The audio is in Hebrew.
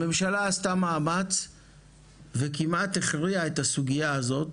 הממשלה עשתה מאמץ וכמעט הכריעה את הסוגייה הזו.